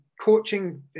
coaching